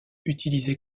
utilisé